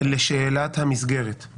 לשאלת המסגרת.